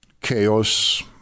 Chaos